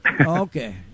Okay